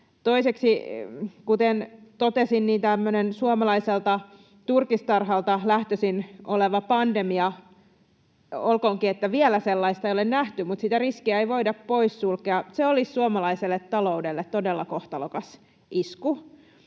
Toiseksi, kuten totesin, tämmöinen suomalaiselta turkistarhalta lähtöisin oleva pandemia — olkoonkin, että vielä sellaista ei ole nähty, mutta sitä riskiä ei voida poissulkea — olisi suomalaiselle taloudelle todella kohtalokas isku.